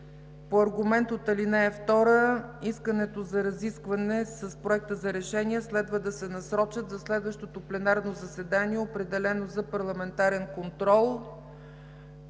По аргумент от ал. 2 искането за разискване с Проекта за решение следва да се насрочат за следващото пленарно заседание, определено за парламентарен контрол.